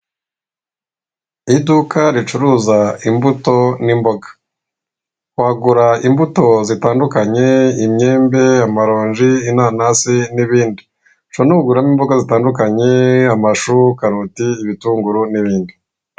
Iduka ricuruza imbuto n'imboga wagura imbuto zitandukanye imyembe, amaronji, inanasi n'ibindi ushobora no kugura n’ imboga zitandukanye amashu, karoti, ibitunguru n'ibindi.